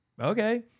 okay